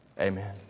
Amen